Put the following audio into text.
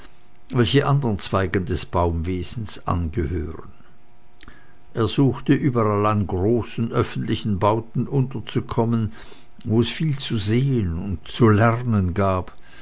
welche andern zweigen des bauwesens angehören er suchte überall an großen öffentlichen bauten unterzukommen wo es viel zu sehen und zu lernen gab